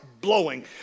blowing